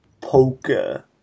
poker